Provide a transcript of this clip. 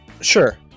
Sure